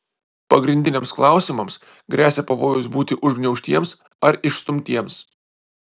pagrindiniams klausimams gresia pavojus būti užgniaužtiems ar išstumtiems